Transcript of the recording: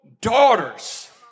daughters